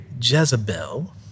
Jezebel